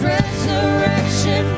resurrection